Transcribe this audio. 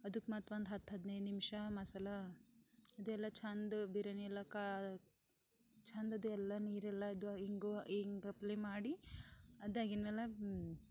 ಅದಕ್ಕೆ ಮತ್ತು ಒಂದು ಹತ್ತು ಹದ್ನೈದು ನಿಮಿಷ ಮಸಾಲ ಅದೆಲ್ಲ ಚೆಂದ ಬಿರ್ಯಾನಿಯೆಲ್ಲ ಕಾ ಚೆಂದ ಅದೆಲ್ಲ ನೀರೆಲ್ಲ ಅದು ಇಂಗು ಇಂಗಪ್ಲೇ ಮಾಡಿ ಅದು ಆಗಿನ ಮ್ಯಾಲ